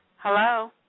Hello